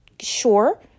sure